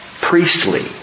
priestly